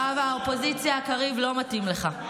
רב האופוזיציה קריב, לא מתאים לך.